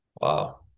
Wow